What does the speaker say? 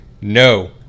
No